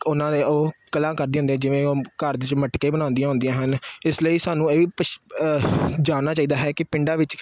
ਉਹਨਾਂ ਦੇ ਉਹ ਕਲਾ ਕਰਦੀਆਂ ਹੁੰਦੀਆਂ ਜਿਵੇਂ ਉਹ ਘਰ ਵਿੱਚ ਮਟਕੇ ਬਣਾਉਂਦੀਆਂ ਹੁੰਦੀਆਂ ਹਨ ਇਸ ਲਈ ਸਾਨੂੰ ਇਹ ਵੀ ਪਛ ਜਾਣਨਾ ਚਾਹੀਦਾ ਹੈ ਕਿ ਪਿੰਡਾਂ ਵਿੱਚ